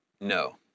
No